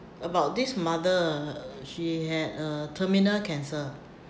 about this mother she had uh terminal cancer